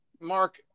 Mark